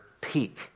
peak